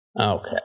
Okay